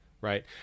right